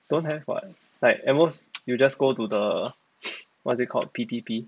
don't have [what] like at most you just go to the what's it called P_T_P